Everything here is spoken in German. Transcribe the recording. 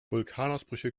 vulkanausbrüche